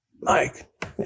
Mike